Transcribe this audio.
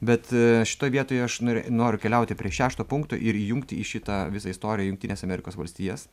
bet šitoj vietoj aš nori noriu keliauti prie šešto punkto ir įjungt į šitą visą istoriją jungtines amerikos valstijas